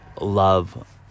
love